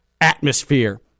atmosphere